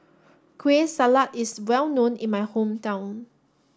Kueh Salat is well known in my hometown